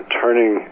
turning